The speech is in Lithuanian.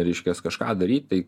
reiškias kažką daryt tai